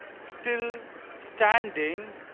still standing.